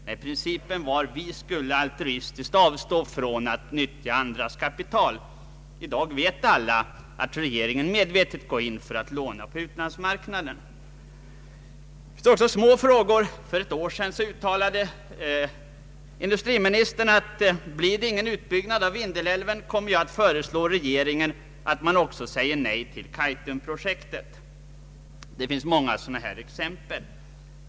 Men principen var att vi altruistiskt skulle avstå från att nyttja andras kapital. I dag vet alla att regeringen medvetet går in för att låna på utlandsmarknaden. För ett år sedan uttalade industriministern att om det inte blir någon utbyggnad av Vindelälven skulle han föreslå regeringen att man också säger nej till Kaitumprojektet. Det finns många sådana här exempel.